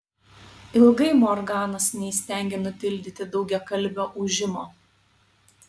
ilgai morganas neįstengė nutildyti daugiakalbio ūžimo